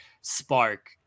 spark